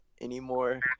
anymore